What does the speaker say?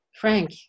Frank